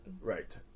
Right